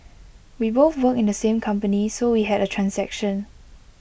we both work in the same company so we had A transaction